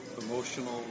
emotional